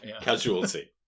Casualty